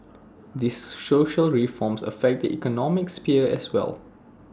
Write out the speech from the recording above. these social reforms affect the economic sphere as well